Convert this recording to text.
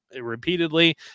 repeatedly